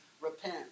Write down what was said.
repent